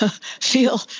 feel